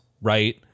right